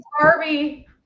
Barbie